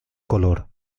color